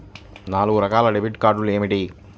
నాలుగు రకాల డెబిట్ కార్డులు ఏమిటి?